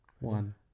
One